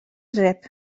rep